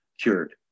cured